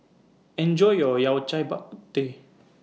Enjoy your Yao Cai Bak Kut Teh